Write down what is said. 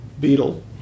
Beetle